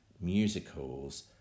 musicals